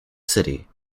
city